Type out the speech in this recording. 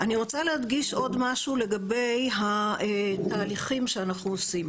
אני רוצה להדגיש עוד משהו לגבי התהליכים שאנחנו עושים.